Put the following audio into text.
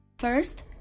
First